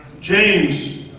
james